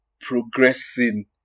progressing